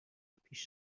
پیش